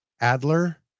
adler